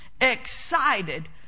excited